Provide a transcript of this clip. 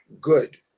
good